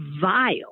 vile